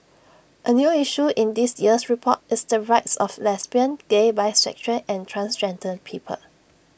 A new issue in this year's report is the rights of lesbian gay bisexual and transgender people